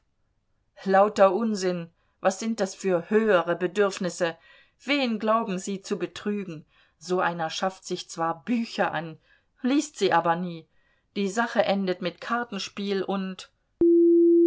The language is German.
lauter unsinn was sind das für höhere bedürfnisse wen glauben sie zu betrügen so einer schafft sich zwar bücher an liest sie aber nie die sache endet mit kartenspiel und